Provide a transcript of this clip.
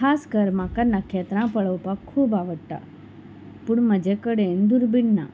खास कर म्हाका नखेत्रां पळोवपाक खूब आवडटा पूण म्हजे कडेन दुर्बीण ना